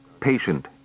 patient